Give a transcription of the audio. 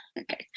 okay